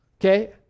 Okay